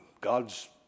God's